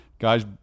Guys